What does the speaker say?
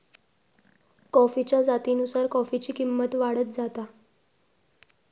कॉफीच्या जातीनुसार कॉफीची किंमत वाढत जाता